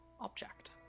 object